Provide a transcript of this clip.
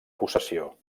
possessió